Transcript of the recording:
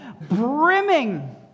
brimming